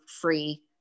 free